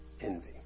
envy